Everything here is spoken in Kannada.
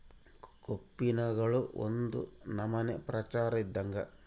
ಕೋಪಿನ್ಗಳು ಒಂದು ನಮನೆ ಪ್ರಚಾರ ಇದ್ದಂಗ